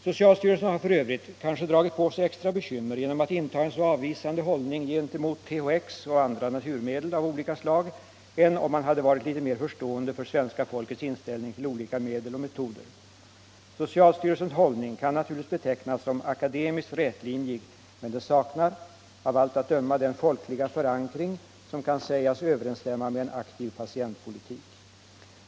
Socialstyrelsen har f. ö. kanske dragit på sig extra bekymmer genom att inta en så avvisande hållning gentemot THX och andra naturmedel av olika slag än om man hade varit litet mer förstående för svenska folkets inställning till olika naturenliga medel och metoder. Socialstyrelsens hållning kan naturligtvis betecknas som akademiskt rätlinjig, men den saknar av allt att döma den folkliga förankring som kan sägas överensstämma med en aktiv patientpolitik.